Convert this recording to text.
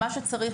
מה שצריך,